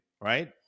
right